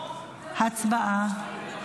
הצבעה.